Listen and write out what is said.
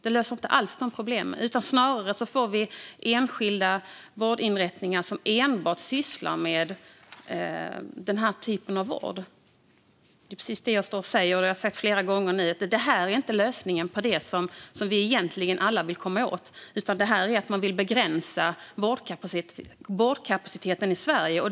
Vi får snarare enskilda vårdinrättningar som enbart sysslar med den typen av vård. Det är precis det jag står och säger och har sagt flera gånger nu; det här är inte lösningen på det som vi alla egentligen vill komma åt, utan det innebär att man vill begränsa vårdkapaciteten i Sverige.